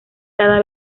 cada